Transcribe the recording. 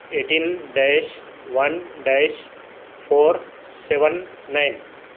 eighteen dash one dash four seven nine